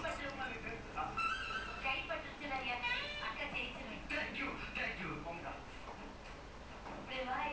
orh no because I usually like to watch the movies like முதல்ல காட்டு வாங்கல:mudhalla kaattu vaangala like எப்படி அந்த:eppadi antha power get பண்ணது:pannathu that movie I like to watch